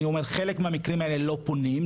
אני אומר חלק מהמקרים האלה לא פונים,